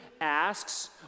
asks